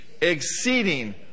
exceeding